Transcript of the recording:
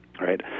right